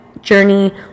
journey